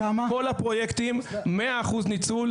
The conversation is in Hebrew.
ובכל הפרויקטים יש 100% ניצול.